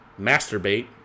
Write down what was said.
masturbate